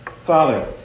Father